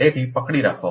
તેથી પકડી રાખો